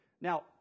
Now